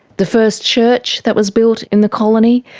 the first church that was built in the colony.